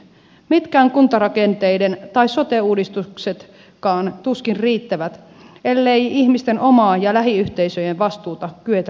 mitkään kuntarakenne tai sote uudistuksetkaan tuskin riittävät ellei ihmisten omaa ja lähiyhteisöjen vastuuta kyetä lisäämään